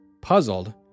Puzzled